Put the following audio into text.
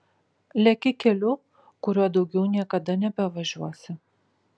leki keliu kuriuo daugiau niekada nebevažiuosi